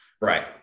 Right